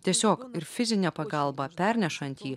tiesiog ir fizinė pagalba pernešant jį